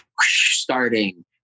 starting